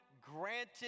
granted